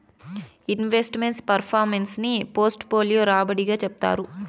invest meant performance ని portfolio రాబడి గా చెప్తారు